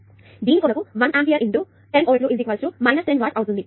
చివరగా ఈ దీని కొరకు మనకు 1 ఆంపియర్ 10 వోల్ట్లు 10 వాట్స్ అవుతుంది